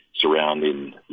surrounding